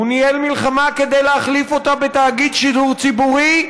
הוא ניהל מלחמה כדי להחליף אותה בתאגיד שידור ציבורי,